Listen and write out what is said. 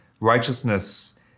righteousness